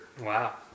Wow